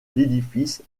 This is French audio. l’édifice